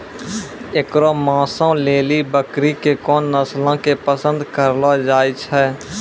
एकरो मांसो लेली बकरी के कोन नस्लो के पसंद करलो जाय छै?